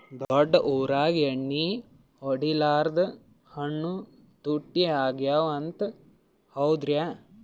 ದೊಡ್ಡ ಊರಾಗ ಎಣ್ಣಿ ಹೊಡಿಲಾರ್ದ ಹಣ್ಣು ತುಟ್ಟಿ ಅಗವ ಅಂತ, ಹೌದ್ರ್ಯಾ?